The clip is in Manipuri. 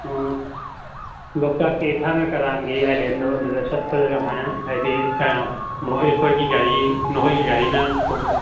ꯑꯣ ꯂꯣꯛꯇꯥꯛꯀꯤ ꯊꯥꯡꯒ ꯀꯔꯥꯡꯒꯤ ꯑꯥꯏꯂꯦꯟꯗꯣ ꯑꯗꯨꯗ ꯆꯠꯄ ꯑꯗꯨꯃꯥꯏꯅ ꯍꯥꯏꯗꯤ ꯅꯈꯣꯏ ꯑꯩꯈꯣꯏꯒꯤ ꯒꯥꯔꯤ ꯅꯨꯈꯣꯏꯒꯤ ꯒꯥꯔꯤꯅ